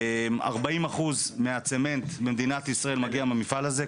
40 אחוז מהמלט במדינת ישראל מגיע מהמפעל הזה,